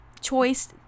choice